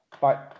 Bye